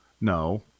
No